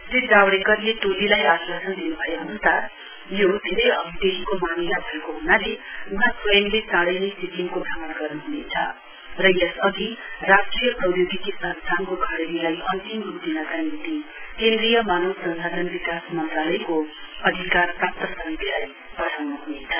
श्री जाबेड़करले टोलीलाई आश्वासन दिन् भए अन्सार यो धेरै अधिदेखिको मामिला भएको हुनाले वहाँ स्वंयले चाड़ैनै सिक्किमको भ्रमण गर्नुहुनेछ र यसअधि राष्ट्रिय प्रौधोगिकी संस्थानको घड़ेरीलाई अन्तिम रूप दिनका निम्ति केन्द्रीय मानव संसाधन विकास मन्त्रालयको अधिकारप्राप्त समितिलाई पठाउनुहुन्छ